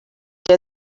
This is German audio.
der